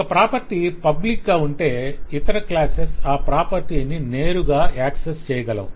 ఒక property public గా ఉంటే ఇతర క్లాసెస్ ఆ ప్రాపర్టీ ని నేరుగా యాక్సెస్ చేయగలవు